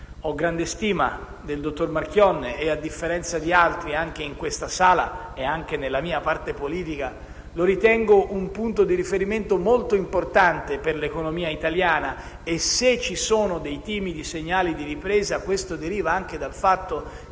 Ho grande stima del dottor Marchionne e, a differenza di altri, presenti anche in questa sala e anche nella mia parte politica, lo ritengo un punto di riferimento molto importante per l'economia italiana; se ci sono dei timidi segnali di ripresa, questo deriva anche dal fatto